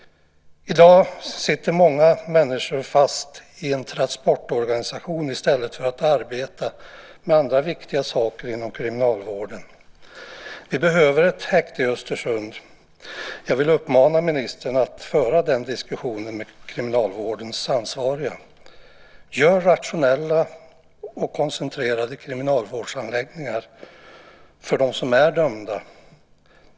I dag sitter många människor fast i en transportorganisation i stället för att arbeta med andra viktiga saker inom kriminalvården. Vi behöver ett häkte i Östersund. Jag vill uppmana ministern att föra den diskussionen med kriminalvårdens ansvariga. Gör rationella och koncentrerade kriminalvårdsanläggningar för dem som är dömda.